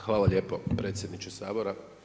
Hvala lijepo predsjedniče Sabora.